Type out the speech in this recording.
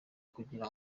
kugira